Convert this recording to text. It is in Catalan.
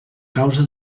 causa